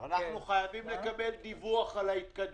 אנחנו חייבים לקבל דיווח על ההתקדמות.